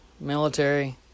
military